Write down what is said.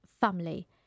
family